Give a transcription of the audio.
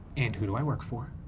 and who do i work for?